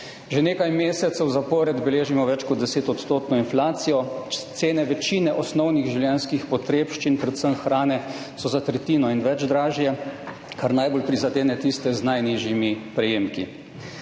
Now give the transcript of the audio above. Že nekaj mesecev zapored beležimo več kot 10 odstotno inflacijo, cene večine osnovnih življenjskih potrebščin, predvsem hrane, so za tretjino in več dražje, kar najbolj prizadene tiste z najnižjimi prejemki.